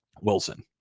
Wilson